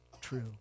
true